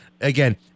again